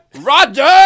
Roger